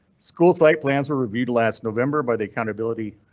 school site plans were reviewed last november by the accountability